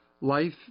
Life